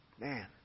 man